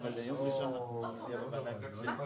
לא צריך את כל סעיף ההגדרות.